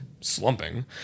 slumping